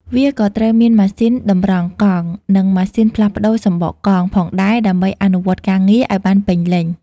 វាក៏ត្រូវមាន ម៉ាស៊ីនតម្រង់កង់ និង ម៉ាស៊ីនផ្លាស់ប្តូរសំបកកង់ ផងដែរដើម្បីអនុវត្តការងារឱ្យបានពេញលេញ។